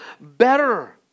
better